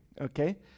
Okay